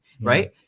Right